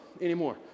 anymore